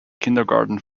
kindergarten